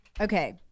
Okay